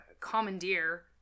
commandeer